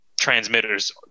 transmitters